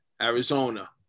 Arizona